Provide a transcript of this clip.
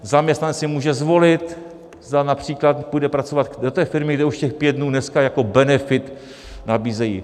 Zaměstnanec si může zvolit, zda například půjde pracovat do té firmy, kde už těch pět dnů dneska jako benefit nabízejí.